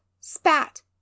spat